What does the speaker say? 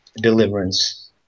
Deliverance